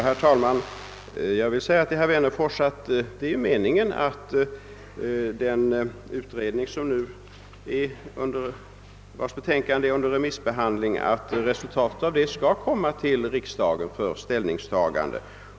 Herr talman! Meningen är, herr Wennerfors, att resultatet av remissbehandlingen av utredningens betänkande skall föreläggas riksdagen för ställningstagande.